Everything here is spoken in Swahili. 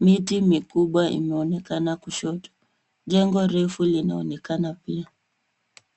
Miti mikubwa imeonekana kushoto. Jengo refu linaonekana pia.